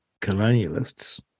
colonialists